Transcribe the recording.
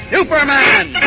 Superman